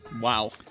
wow